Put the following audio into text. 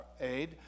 aid